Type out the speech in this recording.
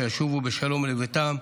שישובו בשלום לביתם,